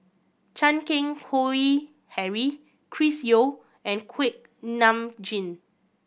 Chan Keng Howe Harry Chris Yeo and Kuak Nam Jin